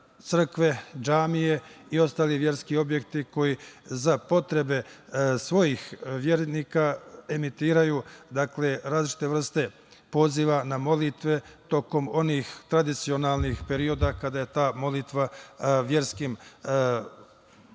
crkve, džamije i ostali verski objekti koji za potrebe svojih vernika emituju različite vrste poziva na molitve tokom onih tradicionalnih perioda kada je ta molitva verskim